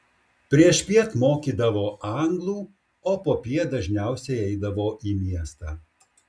priešpiet mokydavo anglų o popiet dažniausiai eidavo į miestą